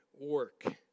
work